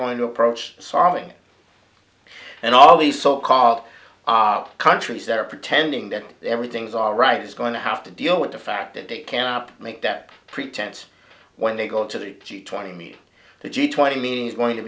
going to approach sarnia and all these so called are countries that are pretending that everything's all right is going to have to deal with the fact that they cannot make that pretense when they go to the g twenty the g twenty meeting is going to